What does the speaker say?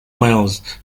miles